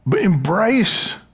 embrace